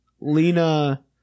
Lena